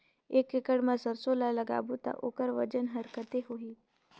एक एकड़ मा सरसो ला लगाबो ता ओकर वजन हर कते होही?